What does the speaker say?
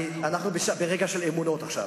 אנחנו ברגע של אמונות עכשיו.